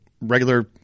regular